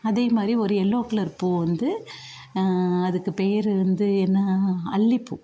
அதே மாதிரி ஒரு எல்லோ கலர் பூ வந்து அதுக்கு பேரு வந்து என்ன அல்லிப்பூ